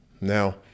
Now